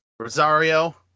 Rosario